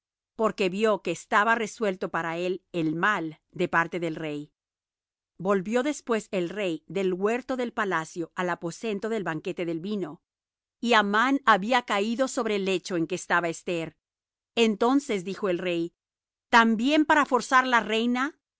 porque vió que estaba resuelto para él el mal de parte del rey volvió después el rey del huerto del palacio al aposento del banquete del vino y amán había caído sobre el lecho en que estaba esther entonces dijo el rey también para forzar la reina